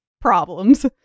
problems